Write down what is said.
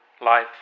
life